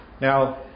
Now